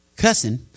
cussing